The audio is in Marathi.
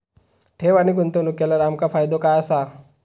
ठेव आणि गुंतवणूक केल्यार आमका फायदो काय आसा?